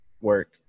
work